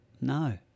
No